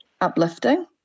uplifting